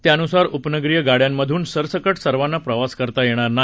त्यानुसार उपनगरी गाड्यांमधून सरसकट सर्वांना प्रवास करता येणार नाही